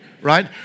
Right